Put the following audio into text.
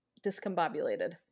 discombobulated